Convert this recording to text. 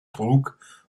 trug